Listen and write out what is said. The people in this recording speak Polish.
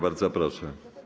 Bardzo proszę.